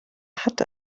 hat